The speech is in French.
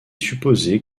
supposé